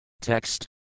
Text